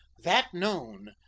that known,